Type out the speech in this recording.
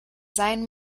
sein